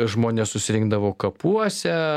žmonės susirinkdavo kapuose